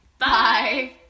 Bye